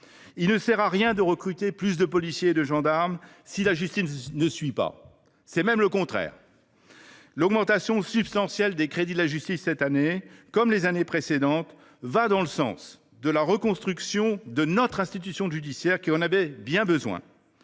Il ne sert à rien de recruter plus de policiers et de gendarmes si la justice ne suit pas. C’est même le contraire qui est vrai. L’augmentation substantielle des crédits de la justice cette année, comme les années précédentes, va dans le sens de la reconstruction de notre institution judiciaire, qui en avait bien besoin.